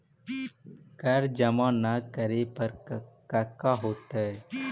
कर जमा ना करे पर कका होतइ?